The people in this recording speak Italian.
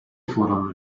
furono